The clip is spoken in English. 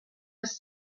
was